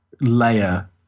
layer